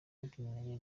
wabyinnye